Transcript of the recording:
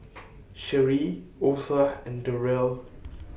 Sherie Osa and Derrell